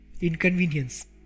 inconvenience